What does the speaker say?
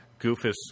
Goofus